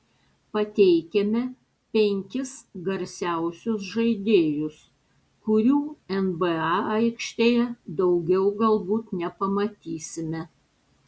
pateikiame penkis garsiausius žaidėjus kurių nba aikštėje daugiau galbūt nepamatysime